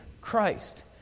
Christ